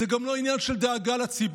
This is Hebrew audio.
זה גם לא עניין של דאגה לציבור.